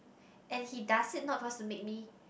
and he does it not cause to make me